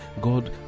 God